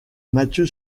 matthieu